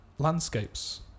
Landscapes